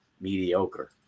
mediocre